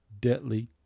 deadly